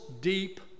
deep